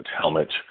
helmet